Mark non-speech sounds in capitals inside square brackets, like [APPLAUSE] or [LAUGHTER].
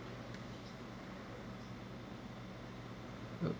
[NOISE]